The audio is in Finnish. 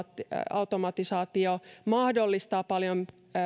automatisaatio mahdollistaa paljon